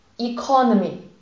Economy